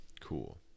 Cool